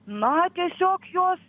na tiesiog jos